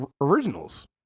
originals